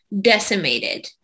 decimated